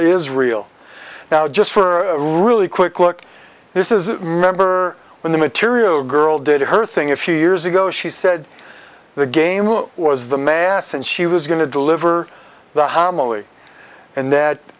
real now just for a really quick look this is a member when the material girl did her thing a few years ago she said the game was the mass and she was going to deliver the homily and that